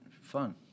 fun